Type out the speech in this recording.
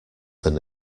than